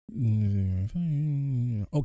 Okay